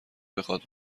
بخواد